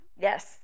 yes